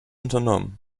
unternommen